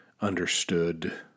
understood